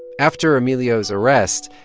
after emilio's arrest,